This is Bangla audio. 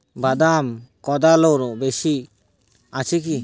বাদাম কদলানো মেশিন আছেকি?